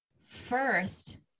first